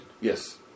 Yes